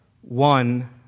one